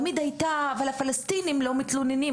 תמיד הייתה אמירה שהפלסטינית לא מתלוננים,